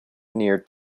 near